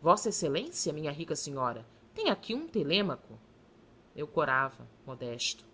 vossa excelência minha rica senhora tem aqui um telêmaco eu corava modesto